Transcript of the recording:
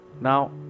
Now